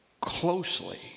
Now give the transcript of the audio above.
closely